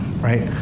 right